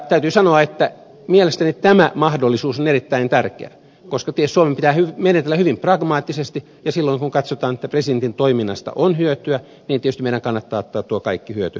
täytyy sanoa että mielestäni tämä mahdollisuus on erittäin tärkeä koska tietysti suomen pitää menetellä hyvin pragmaattisesti ja silloin kun katsotaan että presidentin toiminnasta on hyötyä meidän kannattaa tietysti ottaa tuo kaikki hyöty käyttöömme